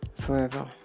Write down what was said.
Forever